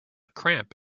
cramp